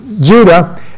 Judah